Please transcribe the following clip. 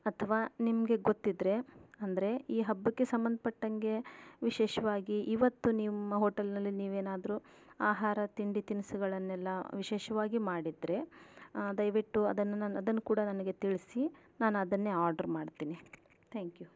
ಅಥವಾ ನಿಮಗೆ ಗೊತ್ತಿದ್ದರೆ ಅಂದರೆ ಈ ಹಬ್ಬಕ್ಕೆ ಸಂಬಂಧಪಟ್ಟಂಗೆ ವಿಶೇಷವಾಗಿ ಇವತ್ತು ನಿಮ್ಮ ಹೋಟಲ್ನಲ್ಲಿ ನೀವೇನಾದರೂ ಆಹಾರ ತಿಂಡಿ ತಿನಿಸುಗಳನ್ನೆಲ್ಲ ವಿಶೇಷವಾಗಿ ಮಾಡಿದ್ದರೆ ದಯವಿಟ್ಟು ಅದನ್ನು ನ ಅದನ್ನು ಕೂಡ ನನಗೆ ತಿಳಿಸಿ ನಾನದನ್ನೇ ಆಡ್ರ ಮಾಡ್ತೀನಿ ಥ್ಯಾಂಕ್ ಯು